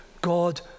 God